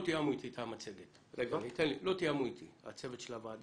לא תאמו איתי את המצגת, עם הצוות של הוועדה.